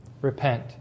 Repent